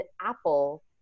apple